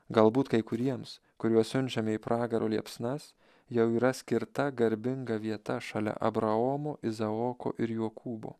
galbūt kai kuriems kuriuos siunčiame į pragaro liepsnas jau yra skirta garbinga vieta šalia abraomo izaoko ir jokūbo